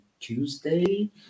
Tuesday